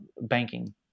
banking